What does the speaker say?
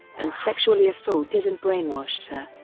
and sexually assaulted and brainwashed her.